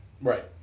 Right